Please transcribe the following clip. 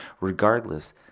Regardless